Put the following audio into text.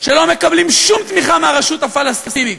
שלא מקבלים שום תמיכה מהרשות הפלסטינית,